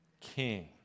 king